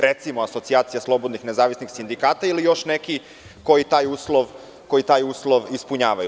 Recimo, Asocijacija slobodnih nezavisnih sindikata ili još neki koji taj uslov ispunjavaju.